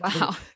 Wow